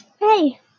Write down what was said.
Hey